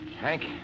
Hank